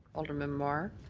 alderman mar.